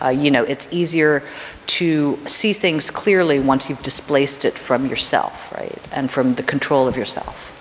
ah you know it's easier to see things clearly once you've displaced it from yourself right and from the control of yourself.